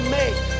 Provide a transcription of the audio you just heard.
make